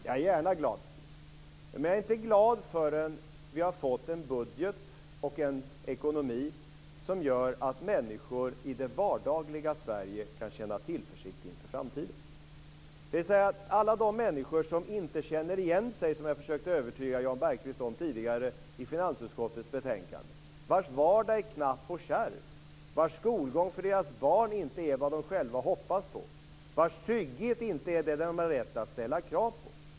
Jag är gärna glad, men jag är inte glad förrän vi har fått en budget och en ekonomi som gör att människor i det vardagliga Sverige kan känna tillförsikt inför framtiden. Det handlar om alla de människor som inte känner igen sig i finansutskottets betänkande, som jag försökte övertyga Jan Bergqvist om tidigare, vilkas vardag är knapp och kärv, vilkas barn inte får den skolgång de själva hoppats på, vilkas trygghet inte är den de har rätt att ställa krav på.